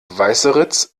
weißeritz